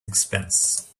expense